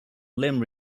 limb